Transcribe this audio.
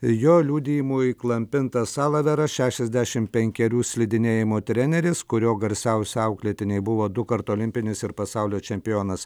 jo liudijimu įklampintas alaveras šešiasdešimt penkerių slidinėjimo treneris kurio garsiausi auklėtiniai buvo dukart olimpinis ir pasaulio čempionas